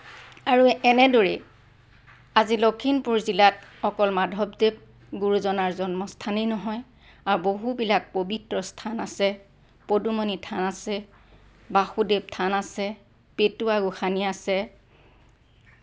আৰু এনেদৰেই আজি লখিমপুৰ জিলাত অকল মাধৱদেৱ গুৰুজনাৰ জন্মস্থানেই নহয় আৰু বহুবিলাক পবিত্ৰ স্থান আছে পদুমণি থান আছে বাসুদেৱ থান আছে পেটুৱা গোসানী আছে